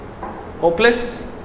Hopeless